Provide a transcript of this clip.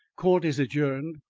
court is adjourned.